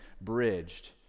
bridged